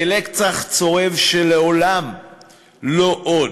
כלקח צורב של "לעולם לא עוד".